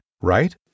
right